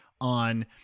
on